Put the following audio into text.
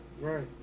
right